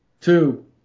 two